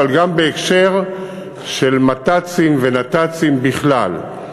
אבל גם בהקשר של מת"צים ונת"צים בכלל.